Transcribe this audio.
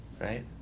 right